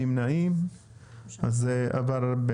הצבעה אושר.